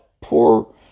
poor